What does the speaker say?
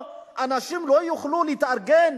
שאנשים לא יוכלו להתארגן